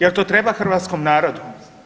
Je l' to treba hrvatskom narodu?